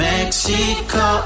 Mexico